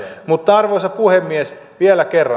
mutta arvoisa puhemies vielä kerran